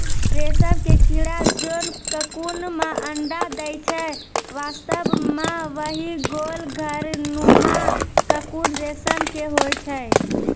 रेशम के कीड़ा जोन ककून मॅ अंडा दै छै वास्तव म वही गोल घर नुमा ककून रेशम के होय छै